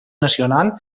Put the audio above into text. nacional